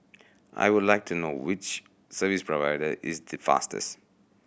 I would like to know which service provider is the fastest